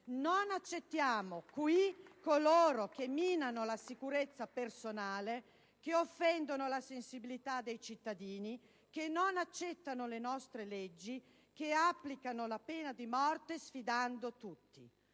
Non accettiamo, qui, coloro che minano la sicurezza personale, che offendono la sensibilità dei cittadini, che non accettano le nostre leggi, che applicano la pena di morte sfidando tutti.